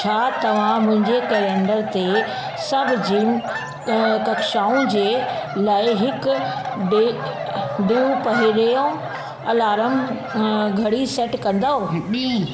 छा तव्हां मुंहिंजे कैलेंडर ते सभु जिम क कक्षाउनि जे लाइ हिकु डे ॾींहुं पहिरियों अलार्म अ घड़ी सेट कंदव ॿीं